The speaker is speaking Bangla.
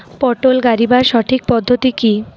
পটল গারিবার সঠিক পদ্ধতি কি?